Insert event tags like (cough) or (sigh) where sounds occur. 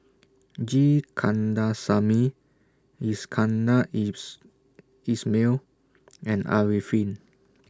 G Kandasamy Iskandar (unintelligible) Ismail and Arifin